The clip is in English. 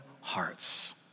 hearts